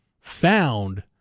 found